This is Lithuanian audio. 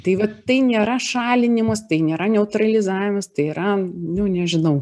tai va tai nėra šalinimas tai nėra neutralizavimas tai yra nu nežinau